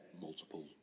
multiple